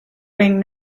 wing